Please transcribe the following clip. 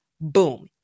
Boom